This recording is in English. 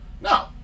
No